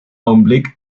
augenblick